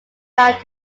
found